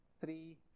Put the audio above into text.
Three